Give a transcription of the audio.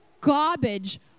garbage